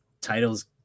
titles